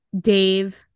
dave